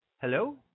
Hello